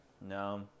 No